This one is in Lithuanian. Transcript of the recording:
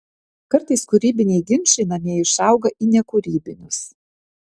kartais kūrybiniai ginčai namie išauga į nekūrybinius